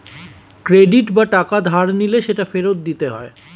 credit বা টাকা ধার নিলে সেটা ফেরত দিতে হয়